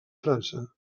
frança